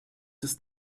ist